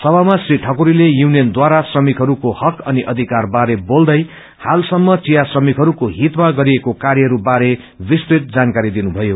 सभामा श्री ठकूरीले यूनियनद्वारा श्रमिकहरूको हक अनि अधिकार बारे बोल्दै हालसम्म चिया श्रमिकहरूको हितमा गरिरहेको कार्य बारे विस्तृत जानकारी दिनुभयो